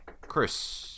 Chris